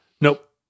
Nope